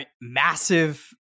massive